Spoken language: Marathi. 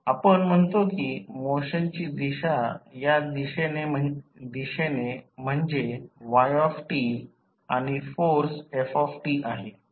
आपण म्हणतो की मोशनची दिशा या दिशेने म्हणजे yt आणि फोर्स ft आहे